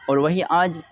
اور وہی آج